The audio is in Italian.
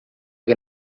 che